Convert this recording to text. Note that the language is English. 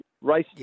race